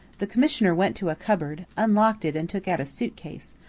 the commissioner went to a cupboard, unlocked it and took out a suit-case,